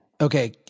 Okay